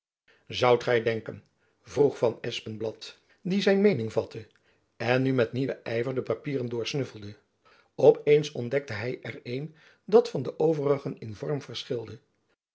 zoudt gy denken vroeg van espenblad die zijn meening vatte en nu met nieuwen yver de papieren doorsnuffelde op eens ontdekte hy er een dat van de overigen in vorm verschilde